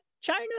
china